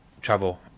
travel